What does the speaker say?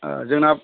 जोंना